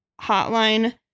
Hotline